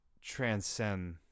transcend